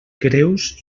greus